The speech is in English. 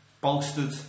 bolstered